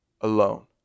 alone